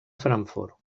frankfurt